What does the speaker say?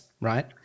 right